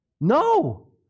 No